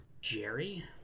Jerry